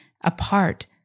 apart